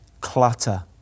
clutter